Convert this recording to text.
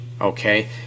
okay